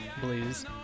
blues